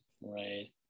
right